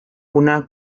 una